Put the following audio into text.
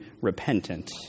repentant